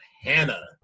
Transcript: Hannah